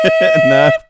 No